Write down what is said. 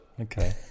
Okay